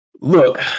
Look